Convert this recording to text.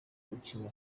gucinya